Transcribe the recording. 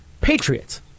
patriots